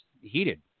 heated